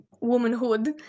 womanhood